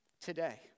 Today